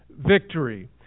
victory